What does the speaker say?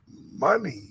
money